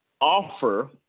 offer